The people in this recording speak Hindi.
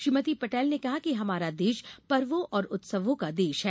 श्रीमती पटेल ने कहा कि हमारा देश पर्वों और उत्सवों का देश है